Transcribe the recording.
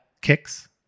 kicks